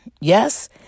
Yes